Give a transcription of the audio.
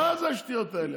מה זה השטויות האלה?